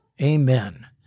Amen